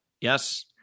Yes